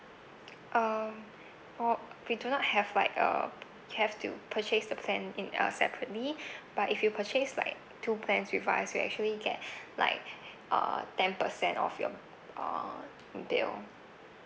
um or we do not have like uh have to purchase the plan in uh separately but if you purchase like two plans with us you actually get like uh ten percent of your uh bill